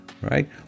Right